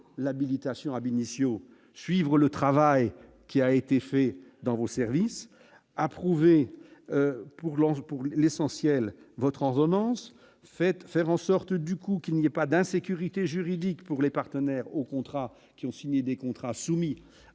l'habilitation à Benicio suivre le travail qui a été fait dans vos services approuvés pour Lens pour l'essentiel vautrant romance fait faire en sorte du coup qu'il n'y a pas d'insécurité juridique pour les partenaires au contrat qui ont signé des contrats soumis à